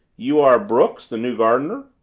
you are brooks, the new gardener?